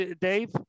Dave